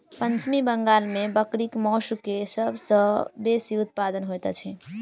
पश्चिम बंगाल में बकरीक मौस के सब सॅ बेसी उत्पादन होइत अछि